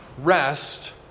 rest